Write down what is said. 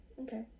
Okay